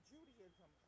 Judaism